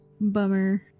Bummer